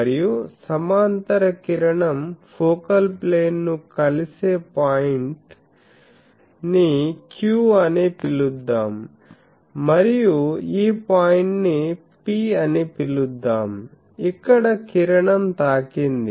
మరియు సమాంతర కిరణం ఫోకల్ ప్లేన్ను కలిసే పాయింట్ ని Q అని పిలుద్దాం మరియు ఈ పాయింట్ ని P అని పిలుద్దాం ఇక్కడ కిరణం తాకింది